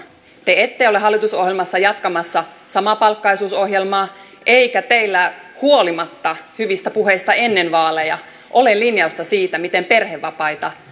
te ette ole hallitusohjelmassa jatkamassa samapalkkaisuusohjelmaa eikä teillä huolimatta hyvistä puheista ennen vaaleja ole linjausta siitä miten perhevapaita